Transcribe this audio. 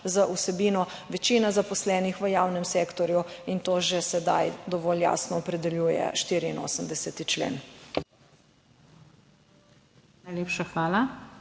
z vsebino večina zaposlenih v javnem sektorju in to že sedaj dovolj jasno opredeljuje 84. člen. 36.